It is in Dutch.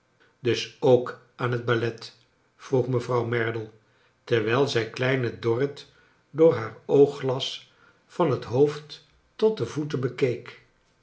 dus ook aan het ballet vroeg mevrouw merdle terwijl zij kleine dorrit door haar oogglas van het hoofd tot de voeten bekeek